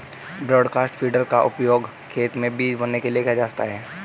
broadcast feeder का उपयोग खेत में बीज बोने के लिए किया जाता है